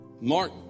Mark